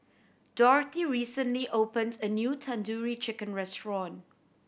Dorthy recently opened a new Tandoori Chicken Restaurant